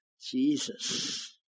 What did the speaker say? Jesus